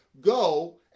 go